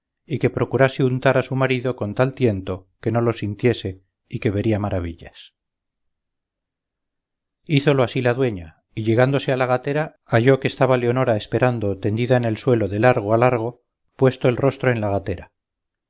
y que procurase untar a su marido con tal tiento que no lo sintiese y que vería maravillas hízolo así la dueña y llegándose a la gatera halló que estaba leonora esperando tendida en el suelo de largo a largo puesto el rostro en la gatera